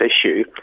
issue